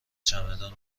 چمدان